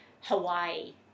Hawaii